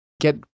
get